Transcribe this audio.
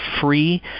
free